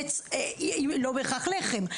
לא בהכרח לחם,